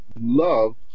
love